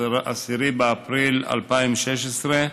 10 באפריל 2016,